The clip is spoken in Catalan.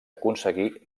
aconseguir